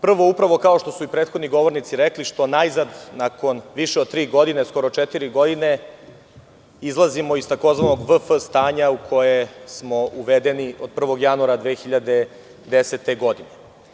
Prvo, upravo kao što su i prethodni govornici rekli, što najzad nakon više od tri ili četiri godine izlazimo iz tzv. vefe stanja u koje smo uvedeni od 1. januara 2010. godine.